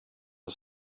are